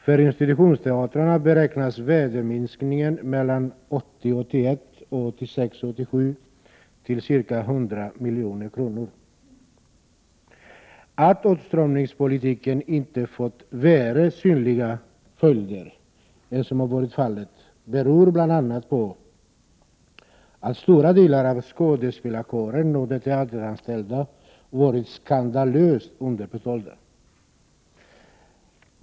För institutionsteatrarna beräknas värdeminskningen mellan 1980 87 till ca 100 milj.kr. Att åtstramningspolitiken inte fått värre synliga följder än som varit fallet beror bl.a. på att stora delar av skådespelarkåren och de teateranställda varit skandalöst underbetalda.